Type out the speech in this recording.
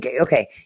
Okay